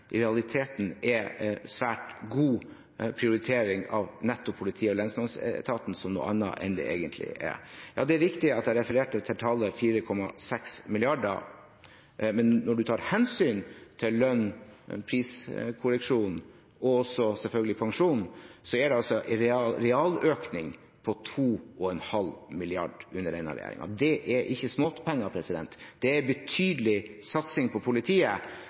i realiteten er svært god prioritering av politi- og lensmannsetaten, som noe annet enn det egentlig er. Ja, det er riktig at jeg refererte til tallet 4,6 mrd. kr, men når man tar hensyn til lønns- og priskorreksjon og selvfølgelig også pensjon, er det altså en realøkning på 2,5 mrd. kr under denne regjeringen. Det er ikke småpenger, det er en betydelig satsing på politiet.